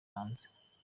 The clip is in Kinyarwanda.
hanze